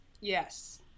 Yes